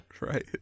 Right